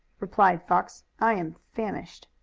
replied fox. i am famished.